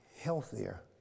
Healthier